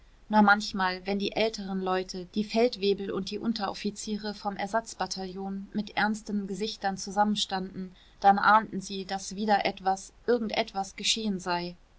nur manchmal wenn die älteren leute die feldwebel und die unteroffiziere vom ersatzbataillon mit ernsten gesichtern zusammenstanden dann ahnten sie daß wieder etwas irgend etwas geschehen sei